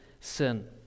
sin